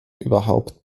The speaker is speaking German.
überhaupt